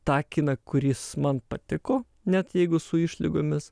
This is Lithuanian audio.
tą kiną kuris man patiko net jeigu su išlygomis